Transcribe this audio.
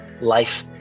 life